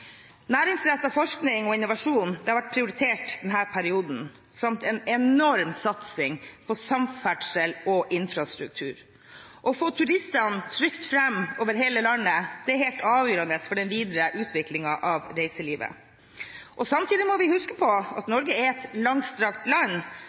forskning og innovasjon har vært prioritert denne perioden, samt en enorm satsing på samferdsel og infrastruktur. Å få turistene trygt fram over hele landet er helt avgjørende for den videre utviklingen av reiselivet. Samtidig må vi huske på at Norge er et langstrakt land, og bl.a. fra Finnmark pekes det på at det at